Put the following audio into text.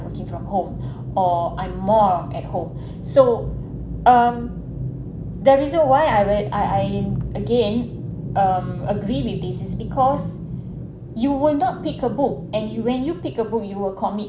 working from home or I'm more at home so um the reason why I read I I again um agree with this is because you will not peek a book and you when you pick a book you will commit